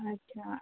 अच्छा